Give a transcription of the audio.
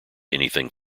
anything